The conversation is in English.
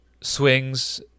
swings